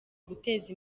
guteza